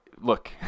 look